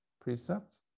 precepts